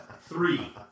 Three